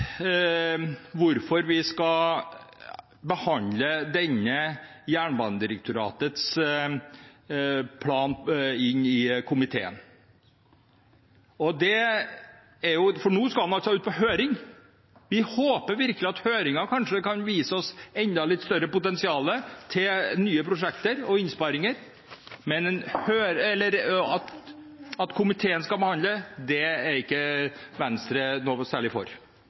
hvorfor vi skal behandle Jernbanedirektoratets plan i komiteen, for nå skal den ut på høring. Vi håper virkelig at høringen kanskje kan vise oss et enda litt større potensial med hensyn til nye prosjekter og innsparinger. Men at komiteen skal behandle det, er ikke Venstre noe særlig for.